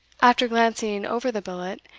after glancing over the billet,